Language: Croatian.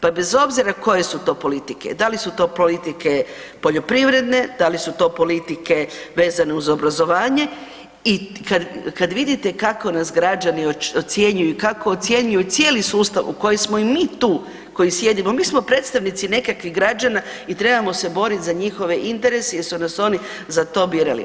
Pa bez obzira koje su to politike, da li su to politike poljoprivredne, da li su to politike vezano uz obrazovanje i kad vidite kako nas građani ocjenjuju i kako ocjenjuju cijeli sustav u koji smo i mi tu koji sjedimo, mi smo predstavnici nekakvih građana i trebamo se boriti za njihove interese jer su nas oni za to birali.